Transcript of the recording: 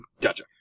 Gotcha